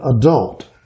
adult